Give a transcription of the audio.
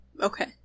Okay